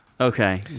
Okay